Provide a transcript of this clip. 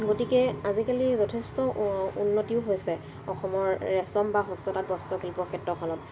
গতিকে আজিকালি যথেষ্ট উন্নতিও হৈছে অসমৰ ৰেচম বা হস্ততাঁত বস্ত্ৰশিল্পৰ ক্ষেত্ৰখনত